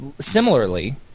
similarly